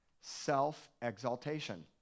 Self-exaltation